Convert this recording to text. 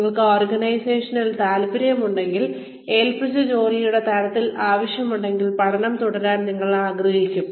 നിങ്ങൾക്ക് ഓർഗനൈസേഷനിൽ താൽപ്പര്യമുണ്ടെങ്കിൽ നിങ്ങൾക്ക് ഏൽപ്പിച്ച ജോലിയുടെ തരത്തിൽ താൽപ്പര്യമുണ്ടെങ്കിൽ പഠനം തുടരാൻ നിങ്ങൾ ആഗ്രഹിക്കും